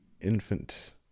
infant